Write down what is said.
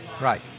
Right